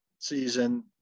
season